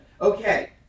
Okay